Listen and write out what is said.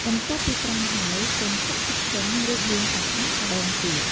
បន្ទាប់ពីត្រាំហើយ សូមចាក់ទឹកចេញ រួចលាងសណ្ដែកម្ដងទៀត។